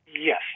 Yes